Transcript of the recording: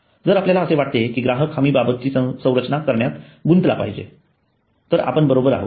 जर आपल्याला असे वाटत असेल की ग्राहक हमी बाबतची संरचना करण्यात गुंतला पाहिजे तर आपण बरोबर आहोत